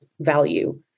value